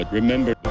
remember